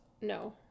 No